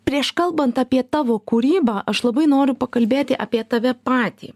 prieš kalbant apie tavo kūrybą aš labai noriu pakalbėti apie tave patį